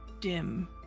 dim